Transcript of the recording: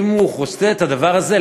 אם הוא עושה את הדבר הזה,